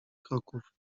kroków